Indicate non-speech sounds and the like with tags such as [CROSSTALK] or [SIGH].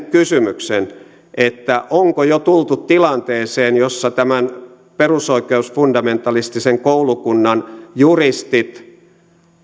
[UNINTELLIGIBLE] kysymyksen onko jo tultu tilanteeseen jossa tämän perusoikeusfundamentalistisen koulukunnan juristit